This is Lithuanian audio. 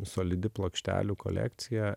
solidi plokštelių kolekcija